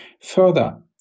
Further